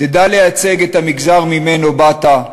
שתדע לייצג את המגזר שממנו באת,